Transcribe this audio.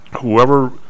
whoever